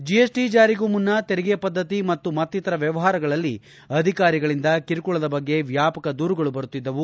GST ಜಾರಿಗೂ ಮುನ್ನ ತೆರಿಗೆ ಪದ್ಧತಿ ಮತ್ತು ಮತ್ತಿತರ ವ್ಯವಹಾರಗಳಲ್ಲಿ ಅಧಿಕಾರಿಗಳಿಂದ ಕಿರುಕುಳದ ಬಗ್ಗೆ ವ್ಲಾಪಕ ದೂರಗಳು ಬರುತ್ತಿದ್ದವು